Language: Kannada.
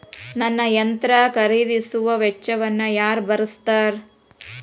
ನನ್ನ ಯಂತ್ರ ಖರೇದಿಸುವ ವೆಚ್ಚವನ್ನು ಯಾರ ಭರ್ಸತಾರ್?